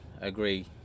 agree